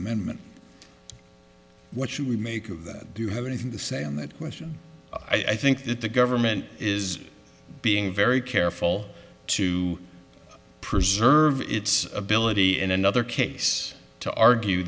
amendment what should we make of that do you have anything to say on that question i think that the government is being very careful to preserve its ability in another case to argue